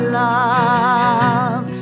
love